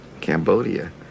Cambodia